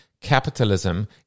capitalism